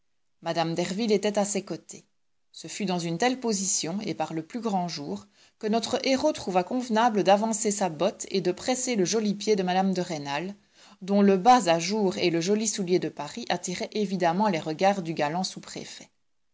mme derville était à ses côtés ce fut dans une telle position et par le plus grand jour que notre héros trouva convenable d'avancer sa botte et de presser le joli pied de mme de rênal dont le bas à jour et le joli soulier de paris attiraient évidemment les regards du galant sous-préfet